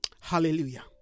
Hallelujah